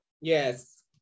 Yes